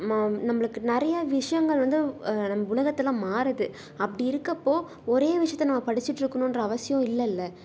மா நம்பளுக்கு நிறையா விஷயங்கள் வந்து நம்ம உலகத்தில் மாறுது அப்படி இருக்கறப்போ ஒரே விஷியத்தை நம்ம படிச்சுட்டு இருக்கணுன்ற அவசியம் இல்லல்லை